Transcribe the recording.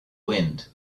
wind